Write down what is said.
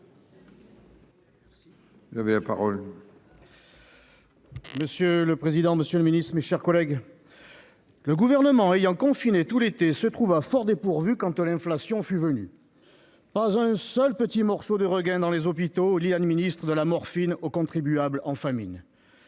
Monsieur le président, monsieur le ministre, mes chers collègues, le Gouvernement, ayant confiné tout l'été, se trouva fort dépourvu quand l'inflation fut venue ! Pas un seul petit morceau de regain dans les hôpitaux. Il administre de la morphine au contribuable en famine.